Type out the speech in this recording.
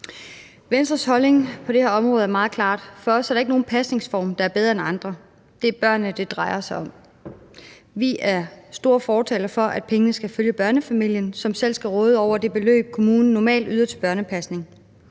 Venstres holdning på det her område er meget klar: For os er der ikke nogen pasningsform, der er bedre end andre; det er børnene, det drejer sig om. Vi er store fortalere for, at pengene skal følge børnefamilien, som selv skal råde over det beløb, kommunen normalt yder til børnepasning.